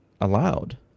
allowed